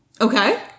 Okay